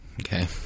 okay